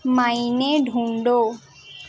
معنے ڈھونڈو